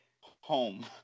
home